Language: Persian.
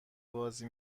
بازی